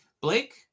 Blake